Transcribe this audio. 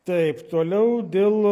taip toliau dėl